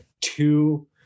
two